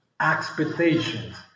expectations